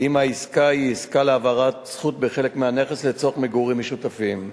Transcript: אם העסקה היא עסקה להעברת זכות בחלק מהנכס לצורך מגורים משותפים.